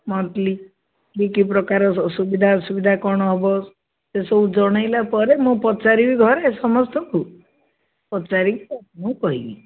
monthly କି ପ୍ରକାର ସୁବିଧା ଅସୁବିଧା କଣ ହେବ ସେସବୁ ଜଣେଇଲା ପରେ ମୁଁ ପଚାରିବି ଘରେ ସମସ୍ତଙ୍କୁ ପଚାରିକି ମୁଁ କହିବି